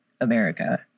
America